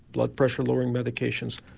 blood pressure lowering medications,